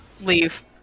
leave